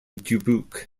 dubuque